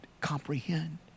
comprehend